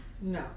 No